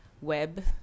web